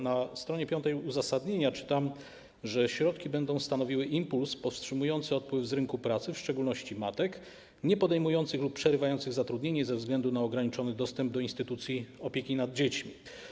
Na s. 5 uzasadnienia czytam, że środki będą stanowiły impuls powstrzymujący odpływ z rynku pracy, w szczególności matek niepodejmujących lub przerywających zatrudnienie ze względu na ograniczony dostęp do instytucji opieki nad dziećmi.